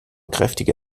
kräftige